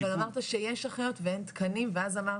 אבל אמרת שיש אחיות ואין תקנים ואז אמרת